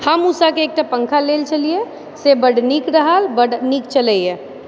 हम उषाके एकटा पङ्खा लेल छलियै से बड्ड नीक रहल बड्ड नीक चलैए